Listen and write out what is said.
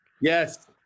Yes